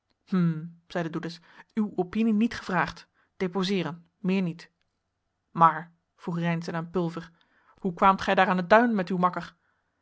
doedes uw opinie niet gevraagd deposeeren meer niet maar vroeg reynszen aan pulver hoe kwaamt gij daar aan het duin met uw makker